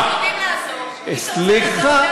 יודעים לעזור, סליחה.